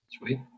Sweet